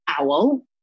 owl